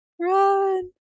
Run